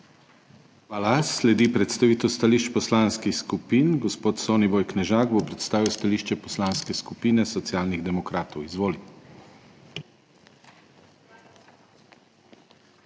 Hvala. Sledi predstavitev stališč poslanskih skupin. Gospod Soniboj Knežak bo predstavil stališče Poslanske skupine Socialnih demokratov. Izvoli.